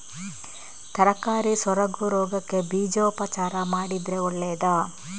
ತರಕಾರಿ ಸೊರಗು ರೋಗಕ್ಕೆ ಬೀಜೋಪಚಾರ ಮಾಡಿದ್ರೆ ಒಳ್ಳೆದಾ?